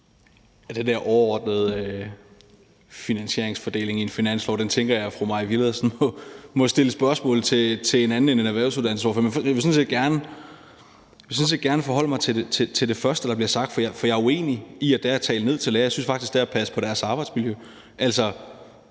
der overordnede finansieringsfordeling i en finanslov tænker jeg at fru Mai Villadsen må stille spørgsmål om til en anden end en erhvervsuddannelsesordfører. Men jeg vil sådan set gerne forholde mig til det første, der bliver sagt, for jeg er uenig i, at det er tale ned til lærerne. Jeg synes faktisk, det er at passe på deres arbejdsmiljø.